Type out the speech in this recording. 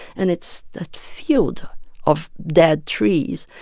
and it's that field of dead trees.